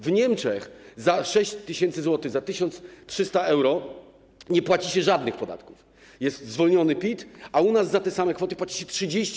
W Niemczech za 6 tys. zł, za 1300 euro nie płaci się żadnych podatków, jest zwolnienie z PIT, a u nas za te same kwoty płaci się 30%.